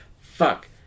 Fuck